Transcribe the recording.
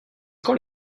quand